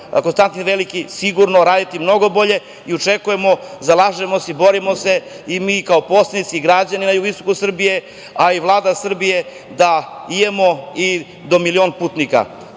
„Konstantin Veliki“ sigurno raditi mnogo bolje. Očekujemo, zalažemo se i borimo se i mi kao poslanici i građani na jugoistoku Srbije, a i Vlada Srbije, da imamo i do milion putnika.